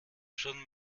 schon